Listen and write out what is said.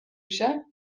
się